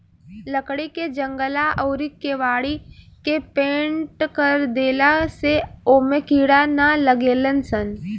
लकड़ी के जंगला अउरी केवाड़ी के पेंनट कर देला से ओमे कीड़ा ना लागेलसन